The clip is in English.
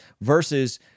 versus